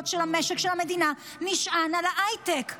של המשק של המדינה נשענות על ההייטק.